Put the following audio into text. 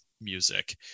music